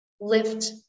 lift